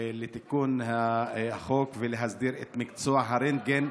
לתיקון החוק ולהסדיר את מקצוע הרנטגן.